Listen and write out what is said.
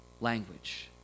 language